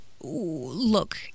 look